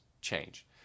change